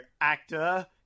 actor